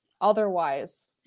otherwise